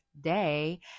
day